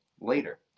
later